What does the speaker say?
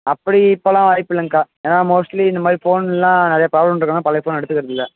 அப்படி இப்போல்லாம் வாய்ப்பு இல்லைங்க்கா ஏன்னா மோஸ்ட்லி இந்த மாதிரி ஃபோன் எல்லாம் நிறைய ப்ராப்ளம் இருக்கனால பழைய ஃபோன் எடுத்துக்கறதில்லை